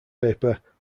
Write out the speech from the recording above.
paper